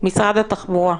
משרד התחבורה.